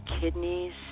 kidneys